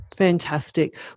Fantastic